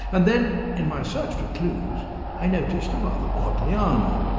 and then in my search for clues i noticed a rather odd liana.